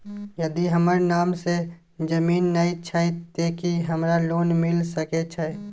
यदि हमर नाम से ज़मीन नय छै ते की हमरा लोन मिल सके छै?